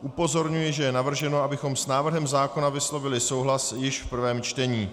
Upozorňuji, že je navrženo, abychom s návrhem zákona vyslovili souhlas již v prvém čtení.